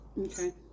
Okay